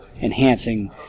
enhancing